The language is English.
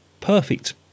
perfect